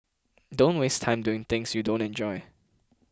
don't waste time doing things you don't enjoy